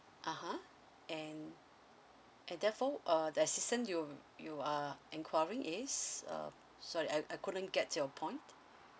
(uh huh) and and therefore uh the assistant you you are enquiring is err sorry I I couldn't get your point